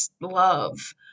love